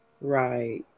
Right